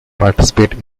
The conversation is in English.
participate